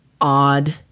Odd